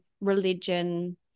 religion